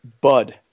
Bud